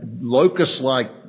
locust-like